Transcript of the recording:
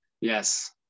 Yes